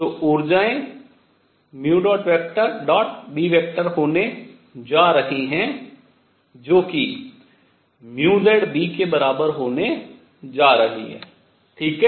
तो ऊर्जाएं B होने जा रही हैं जो कि zB के बराबर होने जा रही है ठीक है